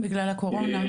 בחל"ת.